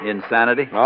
Insanity